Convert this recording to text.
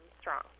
strong